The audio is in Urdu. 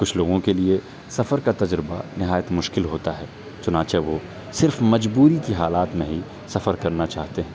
کچھ لوگوں کے لیے سفر کا تجربہ نہایت مشکل ہوتا ہے چنانچہ وہ صرف مجبوری کی حالات میں ہی سفر کرنا چاہتے ہیں